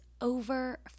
over